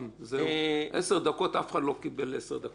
עשר דקות אף אחד לא קיבל לדבר.